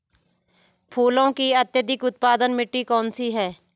फूलों की अत्यधिक उत्पादन मिट्टी कौन सी है?